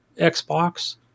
xbox